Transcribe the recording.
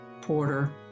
Porter